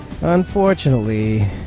Unfortunately